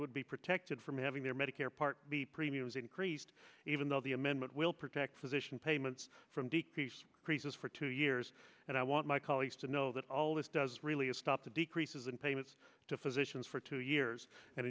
would be protected from having their medicare part b premiums increased even though the amendment will protect physician payments from decreased creases for two years and i want my colleagues to know that all this does really is stop the decreases in payments to physicians for two years and